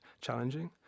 challenging